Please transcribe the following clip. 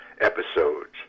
episodes